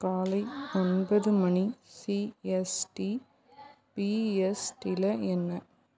காலை ஒன்பது மணி சிஎஸ்டிபிஎஸ் டில என்ன